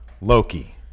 Loki